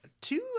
two